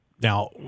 Now